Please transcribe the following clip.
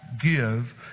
give